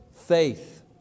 faith